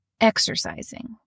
exercising